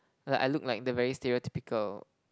like I look like the very stereotypical